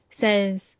says